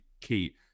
key